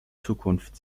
zukunft